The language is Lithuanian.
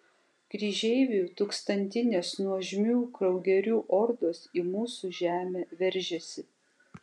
kryžeivių tūkstantinės nuožmių kraugerių ordos į mūsų žemę veržiasi